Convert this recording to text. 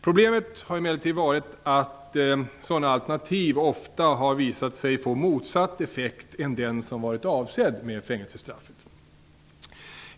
Problemet har emellertid varit att sådana alternativ ofta har visat sig få motsatt effekt jämfört med den som varit avsedd med fängelsestraffet.